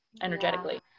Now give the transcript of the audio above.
energetically